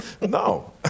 No